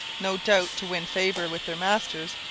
no doubt to win favour with their masters,